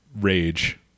rage